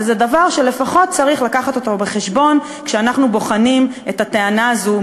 וזה דבר שלפחות צריך להביא אותו בחשבון כשאנחנו בוחנים את הטענה הזאת,